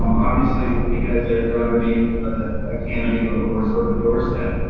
obviously because they're they're underneath a canopy or or sort of the doorstep,